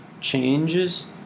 changes